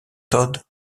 todd